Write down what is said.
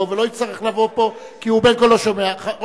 ולא יצטרך לבוא לפה כי הוא בין כה וכה לא שומע.